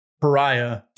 pariah